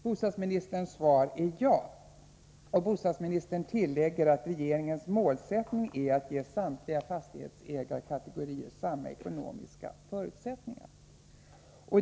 Bostadsministerns svar är ja, och han tillägger att regeringens målsättning är att ge samtliga fastighetsägarkategorier samma ekonomiska förutsättningar.